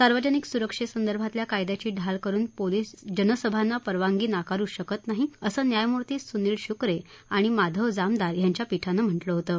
सार्वजनिक सुरक्षेसंदर्भातल्या कायद्याची ढाल करून पोलीस जनसभांना परवानगी नाकारू शकत नाहीत असं काल न्यायमूर्ती सुनिल शुक्रे आणि माधव जामदार यांच्या पीठानं म्हटलं होतं